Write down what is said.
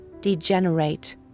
degenerate